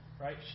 right